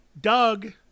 Doug